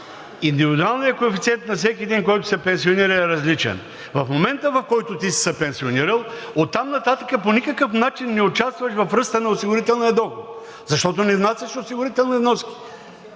индивидуалният коефициент на всеки един, който се пенсионира, е различен. В момента, в който ти си се пенсионирал, оттам нататък по никакъв начин не участваш в ръста на осигурителния доход, защото не внасяш осигурителни вноски.